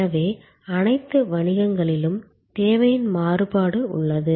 எனவே அனைத்து வணிகங்களிலும் தேவையின் மாறுபாடு உள்ளது